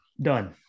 done